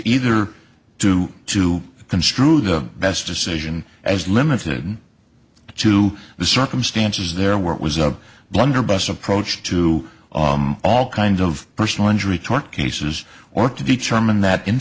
either do to construe the best decision as limited to the circumstances there where it was a blunderbuss approach to all kinds of personal injury tort cases or to determine that in